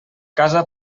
casa